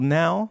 now